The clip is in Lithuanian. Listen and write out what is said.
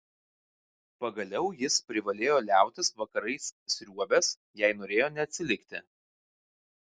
pagaliau jis privalėjo liautis vakarais sriuobęs jei norėjo neatsilikti